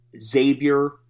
Xavier